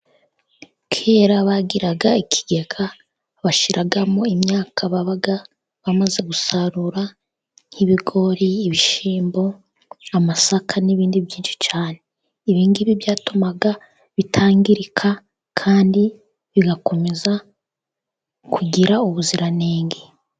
Kera bagiraga ikigega bashyiramo imyaka babaga bamaze gusarura, nk'ibigori, ibishyimbo, amasaka n'ibindi byinshi cyane. Ibigibi byatumaga bitangirika, kandi bigakomeza kugira ubuziranenge.